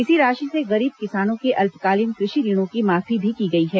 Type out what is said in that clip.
इसी राशि से गरीब किसानों के अल्पकालीन कृषि ऋणों की माफी भी की गई है